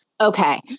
Okay